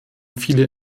viele